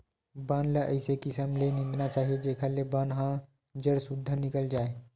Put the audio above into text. बन ल अइसे किसम ले निंदना चाही जेखर ले बन ह जर सुद्धा निकल जाए